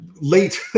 late